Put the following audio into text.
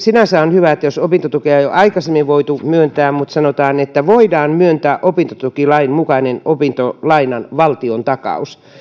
sinänsä on hyvä jos opintotukea on jo aikaisemmin voitu myöntää mutta sanotaan että voidaan myöntää opintotukilain mukainen opintolainan valtiontakaus